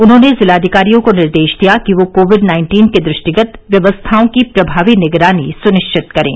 उन्होंने जिलाधिकारियों को निर्देश दिया कि वे कोविड नाइन्टीन के दृष्टिगत व्यवस्थाओं की प्रभावी निगरानी स्निश्चित करें